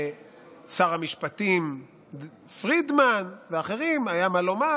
לשר המשפטים פרידמן ולאחרים היה מה לומר,